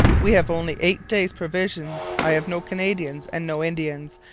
we have only eight days provisions. i have no canadians and no indians.